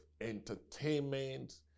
entertainment